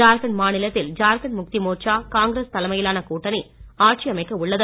ஜார்க்கண்ட் மாநிலத்தில் ஜார்க்கண்ட் முக்தி மோர்ச்சா காங்கிரஸ் தலைமையிலான கூட்டணி ஆட்சி அமைக்க உள்ளது